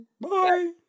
bye